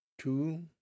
two